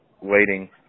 waiting